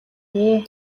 дээ